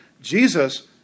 Jesus